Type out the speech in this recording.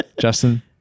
Justin